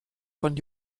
von